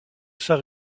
saint